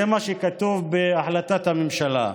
זה מה שכתוב בהחלטת הממשלה.